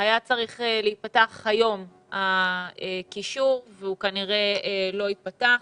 היה צריך להיפתח היום הקישור והוא כנראה לא ייפתח.